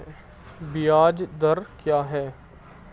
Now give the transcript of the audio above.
ब्याज दर क्या है?